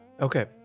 Okay